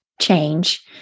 change